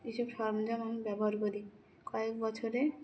এইসব সরঞ্জাম আমি ব্যবহার করি কয়েক বছরে